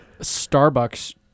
Starbucks